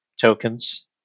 tokens